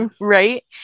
right